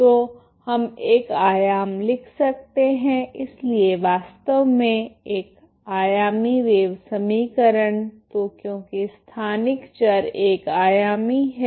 तो हम एक आयाम लिख सकते हैं इसलिए वास्तव में एक आयामी वेव समीकरण तो क्योंकि स्थानिक चर एक आयामी है